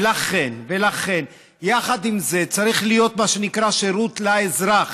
ולכן, יחד עם זה צריך להיות מה שנקרא שירות לאזרח,